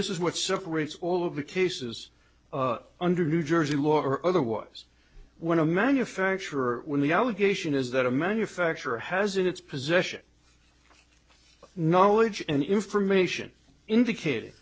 this is what separates all of the cases under new jersey law or otherwise when a manufacturer when the allegation is that a manufacturer has in its possession knowledge and information indicat